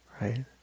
right